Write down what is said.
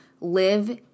live